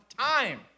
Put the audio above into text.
time